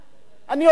אני יודע,